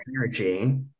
energy